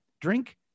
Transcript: drink